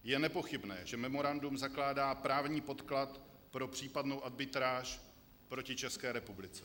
Je nepochybné, že memorandum zakládá právní podklad pro případnou arbitráž proti České republice.